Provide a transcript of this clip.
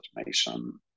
automation